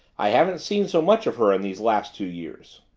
i haven't seen so much of her in these last two years